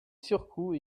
surcoûts